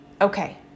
okay